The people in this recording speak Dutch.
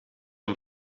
een